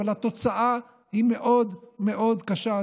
אבל התוצאה היא מאוד-מאוד קשה,